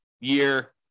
year